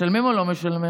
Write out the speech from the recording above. משלמים או לא משלמים?